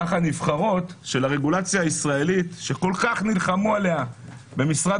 נבחרות של הרגולציה הישראלית שכל כך נלחמו עליה במשרד